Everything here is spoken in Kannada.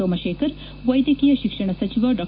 ಸೋಮಶೇಖರ್ ವೈದ್ಯಕೀಯ ಶಿಕ್ಷಣ ಸಚಿವ ಡಾ